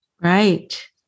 Right